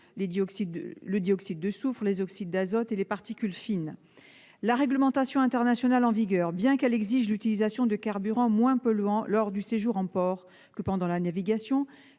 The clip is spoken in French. le dioxyde de soufre, l'oxyde d'azote et les particules fines. La réglementation internationale en vigueur, bien qu'elle exige l'utilisation de carburants moins polluants lors du séjour en port que pendant la navigation,